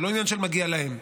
זה לא עניין של מגיע להם,